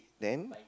then